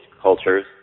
cultures